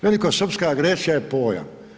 Velikosrpska agresija je pojam.